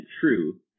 true